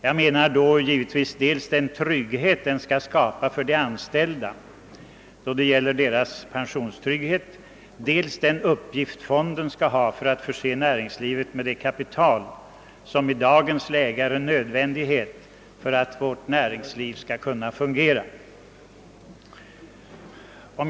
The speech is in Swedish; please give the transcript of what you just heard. Jag avser då dels den trygghet fonderna skall skapa för de anställda när det gäller pensionen, dels fondernas uppgift att förse näringslivet med det kapital som i dagens läge är nödvändigt för att näringslivet skall kunna fungera.